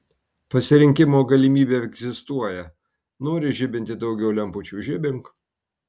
pasirinkimo galimybė egzistuoja nori žibinti daugiau lempučių žibink